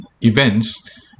events